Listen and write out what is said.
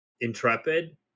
Intrepid